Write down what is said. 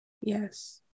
Yes